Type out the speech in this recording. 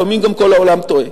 לפעמים גם כל העולם טועה.